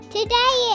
Today